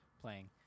playing